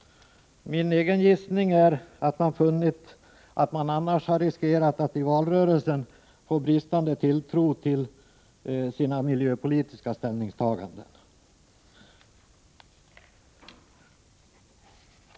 Min egen gissning är att man har funnit att man annars riskerade att i valrörelsen få bristande tilltro för sina miljöpolitiska ställningstaganden.